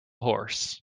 horse